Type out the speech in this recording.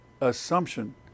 assumption